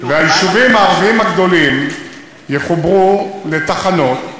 והיישובים הערביים הגדולים יחוברו לתחנות,